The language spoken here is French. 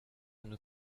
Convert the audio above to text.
nous